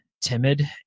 timid